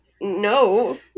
No